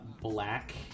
black